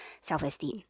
self-esteem